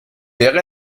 wäre